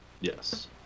Yes